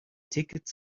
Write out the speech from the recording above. ticket